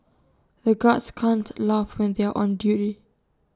the guards can't laugh when they are on duty